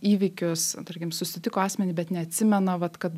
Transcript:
įvykius tarkim susitiko asmenį bet neatsimena vat kad